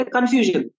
Confusion